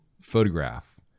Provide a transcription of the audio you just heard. photograph